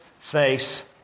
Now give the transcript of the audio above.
face